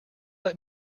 let